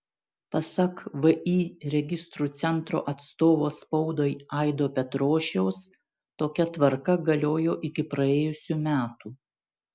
pasak vį registrų centro atstovo spaudai aido petrošiaus tokia tvarka galiojo iki praėjusių metų